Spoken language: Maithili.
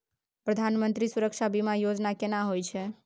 प्रधानमंत्री सुरक्षा बीमा योजना केना होय छै?